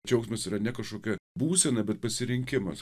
džiaugsmas yra ne kažkokia būsena bet pasirinkimas